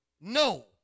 no